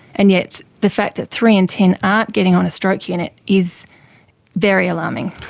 and yet the fact that three and ten aren't getting on a stroke unit is very alarming.